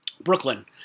Brooklyn